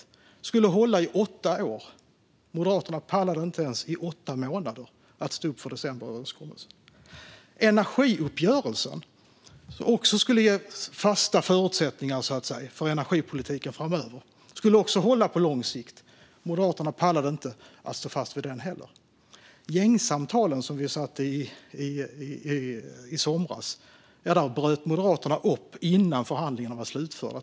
Den skulle hålla i åtta år. Moderaterna pallade inte att stå upp för den ens i åtta månader. Energiuppgörelsen skulle ge fasta förutsättningar för energipolitiken framöver och skulle också hålla för lång tid. Moderaterna pallade inte att stå fast vid den heller. Vid gängsamtalen som vi hade i somras bröt Moderaterna upp innan förhandlingarna var slutförda.